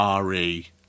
RE